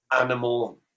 animal